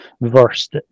versed